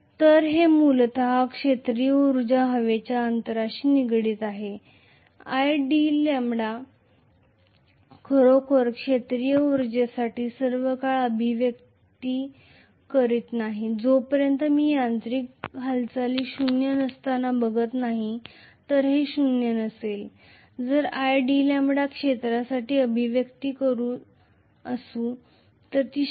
तर हे मूलत क्षेत्रीय उर्जा हवेच्या अंतराशी निगडित आहे idλ खरोखर क्षेत्रीय उर्जेसाठी सर्वकाळ अभिव्यक्ती करत नाही जोपर्यंत मी यांत्रिक हालचाली शून्य नसताना बघत नाही जर ते शून्य असेल तर idλ हे ऊर्जा क्षेत्रासाठी अभिव्यक्ती असू शकते